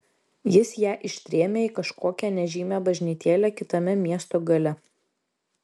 jis ją ištrėmė į kažkokią nežymią bažnytėlę kitame miesto gale